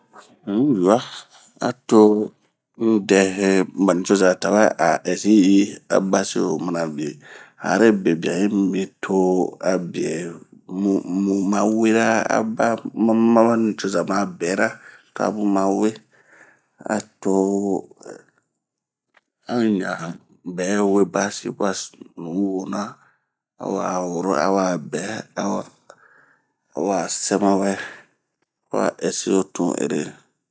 Un yi yuah a to un dɛ he ba nicoza tawɛ a ɛsi yi a basi wo mana bin.hae bebian yi mibin to a bie mu wera aa ba ma nicoza ma bɛɛra to a bun ma we ato an un ɲan bɛ we basi ba nuwo na,a wa woro awa bɛ awa sɛ mawɛ awa ɛsi o tun ere.